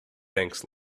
thanks